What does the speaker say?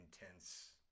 Intense